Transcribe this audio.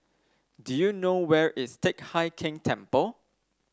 do you know where is Teck Hai Keng Temple